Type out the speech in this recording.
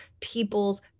people's